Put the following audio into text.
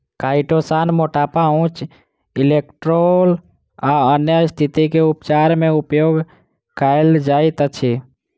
chitosan मोटापा उच्च cholesterol आ अन्य स्तिथि के उपचार मे उपयोग कायल जाइत अछि